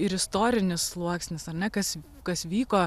ir istorinis sluoksnis ar ne kas kas vyko